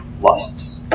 lusts